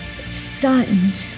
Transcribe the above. stunned